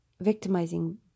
victimizing